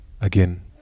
again